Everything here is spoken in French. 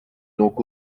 donc